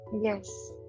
yes